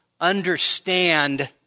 understand